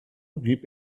rieb